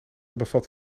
bevat